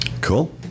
Cool